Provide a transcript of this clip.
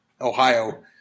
Ohio